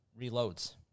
reloads